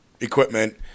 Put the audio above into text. equipment